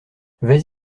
vas